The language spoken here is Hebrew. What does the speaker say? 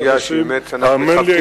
אתה מעלה סוגיה שאנחנו באמת מתחבטים בה.